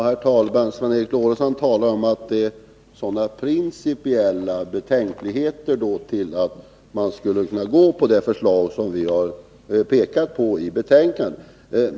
Herr talman! Sven Eric Lorentzon talar om att det finns så stora principiella betänkligheter mot det förslag som utskottsmajoriteten har förordat.